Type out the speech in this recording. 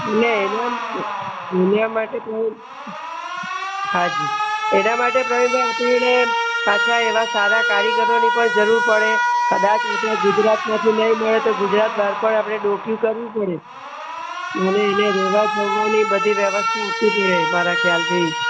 ને અહીંયા દુનિયા માટે તો હાજી એના માટે પ્રવીણભાઈ આપણી જોડે પાછા એવા સારા કારીગરોની પણ જરૂર પડે કદાચ એ તો ગુજરાતમાંથી નહીં મળે તો ગુજરાત બહાર પણ આપણે ડોકિયું કરવું પડે અને એને રહેવા જમવાની બધી વ્યવસ્થા આપવી પડે મારા ખ્યાલથી